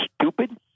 stupid